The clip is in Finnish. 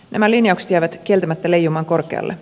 nämä linjaukset jäävät kieltämättä leijumaan korkealle